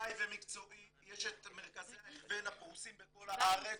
אקדמאי ומקצועי יש את מרכזי ההכוון הפרושים בכל הארץ